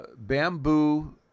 bamboo